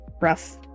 rough